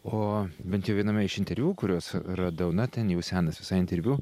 o bent jau viename iš interviu kuriuos radau na ten jau senas visai interviu